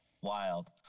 wild